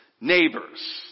neighbors